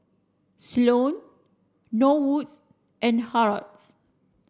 Sloane Norwoods and Harolds